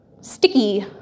sticky